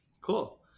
Cool